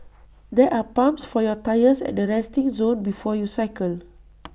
there are pumps for your tyres at the resting zone before you cycle